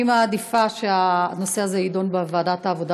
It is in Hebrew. אני מעדיפה שהנושא הזה יידון בוועדת העבודה